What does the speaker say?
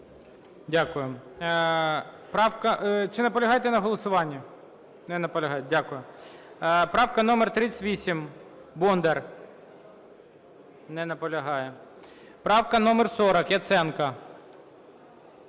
Правка… Чи наполягаєте на голосуванні? Не наполягає. Дякую. Правка номер 38, Бондар. Не наполягає. Правка номер 40, Яценко.